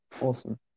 Awesome